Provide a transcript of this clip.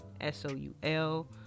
S-O-U-L